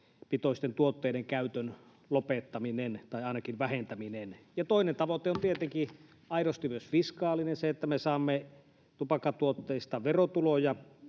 nikotiinipitoisten tuotteiden käytön lopettaminen, tai ainakin vähentäminen. Toinen tavoite on tietenkin aidosti myös fiskaalinen, se, että me saamme tupakkatuotteista verotuloja,